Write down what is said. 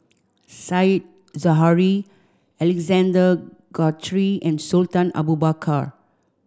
Said Zahari Alexander Guthrie and Sultan Abu Bakar